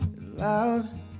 loud